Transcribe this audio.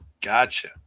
gotcha